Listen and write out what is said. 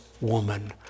woman